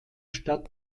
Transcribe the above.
stadt